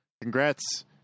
congrats